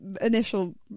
initial